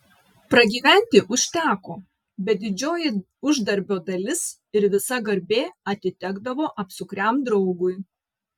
pragyventi užteko bet didžioji uždarbio dalis ir visa garbė atitekdavo apsukriam draugui